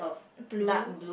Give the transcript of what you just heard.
blue